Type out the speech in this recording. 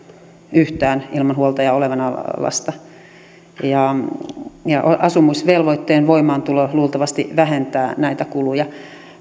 yhtään ilman huoltajaa olevaa lasta asumisvelvoitteen voimaantulo luultavasti vähentää näitä kuluja